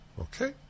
Okay